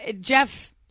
Jeff